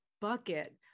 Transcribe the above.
bucket